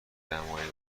دمای